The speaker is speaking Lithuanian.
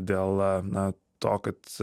dėl na to kad